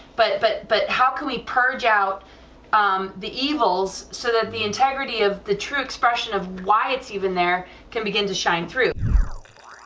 but but but how can we purge out um the evils, so that the integrity of the true expression of why it's even there can begin to shine through.